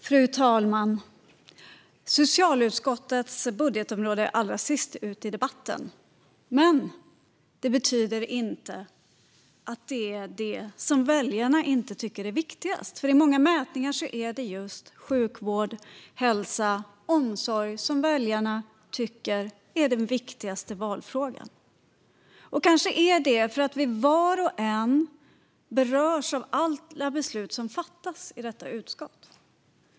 Fru talman! Socialutskottets budgetområde är allra sist ut i debatten. Men det betyder inte att väljarna inte tycker att det är viktigast. I många mätningar är det nämligen just sjukvård, hälsa och omsorg som väljarna tycker är den viktigaste valfrågan. Kanske är det för att vi var och en berörs av alla beslut som fattas i detta utskott.